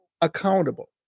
accountable